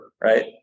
right